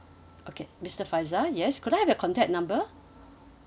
okay mister faisal yes could I have your contact number